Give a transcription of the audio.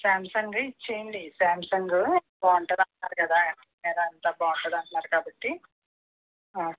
శాంసాంగే ఇచ్చేయండి శాంసాంగ్ బాగుంటుంది అంటున్నారు కదా మీరంతా బాగుంటుందంటున్నారు కాబట్టి